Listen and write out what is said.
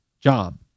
job